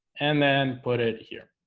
and then put it here